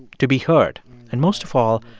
to be heard and, most of all,